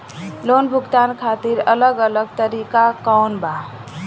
Loan भुगतान खातिर अलग अलग तरीका कौन बा?